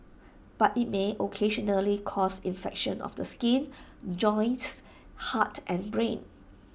but IT may occasionally cause infections of the skin joints heart and brain